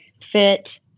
fit